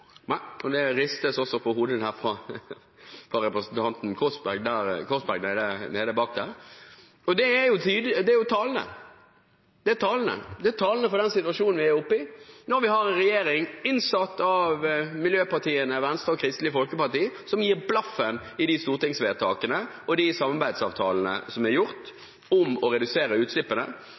det ristes også på hodet fra representanten Korsberg bak der – og det er jo talende. Det er talende for den situasjonen vi er oppe i når vi har en regjering innsatt av miljøpartiene Venstre og Kristelig Folkeparti, som gir blaffen i de stortingsvedtakene og de samarbeidsavtalene som er gjort om å redusere utslippene,